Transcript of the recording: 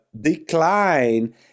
decline